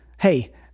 Hey